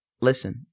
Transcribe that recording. Listen